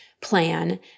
plan